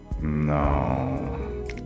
No